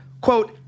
quote